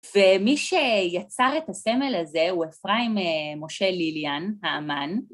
ומי שיצר את הסמל הזה הוא אפרים משה ליליאן, האמן.